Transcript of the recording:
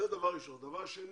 דבר שני.